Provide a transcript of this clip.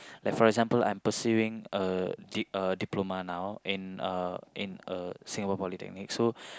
like for example I'm pursuing a dip~ a diploma now in uh in uh Singapore-Polytechnic so